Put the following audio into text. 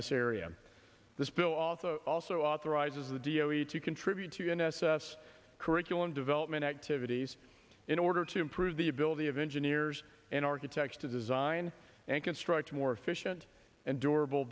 this area this bill also also authorizes the d o t to contribute to an s s curriculum development activities in order to improve the ability of engineers and architects to design and construct a more efficient and durable